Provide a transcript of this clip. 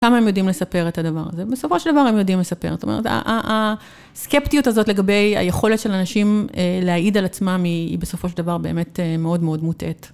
כמה הם יודעים לספר את הדבר הזה? בסופו של דבר הם יודעים לספר. זאת אומרת, הסקפטיות הזאת לגבי היכולת של אנשים להעיד על עצמם, היא בסופו של דבר באמת מאוד מאוד מוטעית.